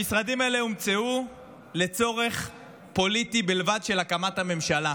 המשרדים האלו הומצאו לצורך פוליטי בלבד של הקמת הממשלה.